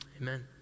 Amen